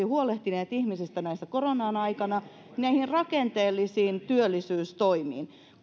huolehtimatta ihmisistä tänä korona aikana ja keskitytty näihin rakenteellisiin työllisyystoimiin